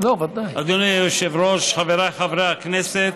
אדוני היושב-ראש, חבריי חברי הכנסת.